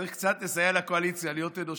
צריך קצת לסייע לקואליציה, להיות אנושי.